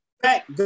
back